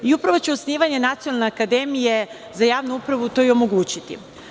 Upravo će osnivanje Nacionalne akademije za javnu upravu to i omogućiti.